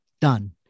Done